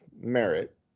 merit